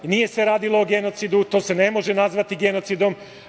Nije se radilo o genocidu, to se ne može nazvati genocidom.